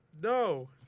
No